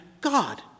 God